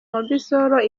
mobisol